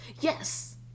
Yes